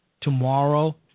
tomorrow